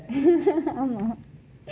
ஆமா